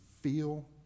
feel